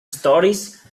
stories